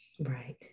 right